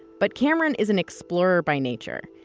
but cameron is an explorer by nature.